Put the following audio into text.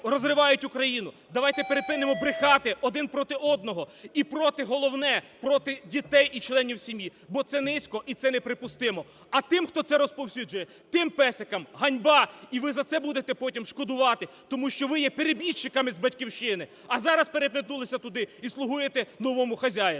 розривають Україну, давайте припинимо брехати один проти одного і проти, головне – проти дітей і членів сім'ї, бо це низько і це неприпустимо. А тим, хто це розповсюджує, тим песикам – ганьба і ви за це будете потім шкодувати. Тому що ви є перебіжчиками з "Батьківщини", а зараз переметнулися туди і слугуєте новому хазяїну.